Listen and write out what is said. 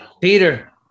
Peter